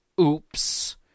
oops